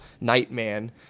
nightman